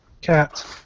cat